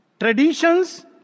Traditions